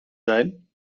zijn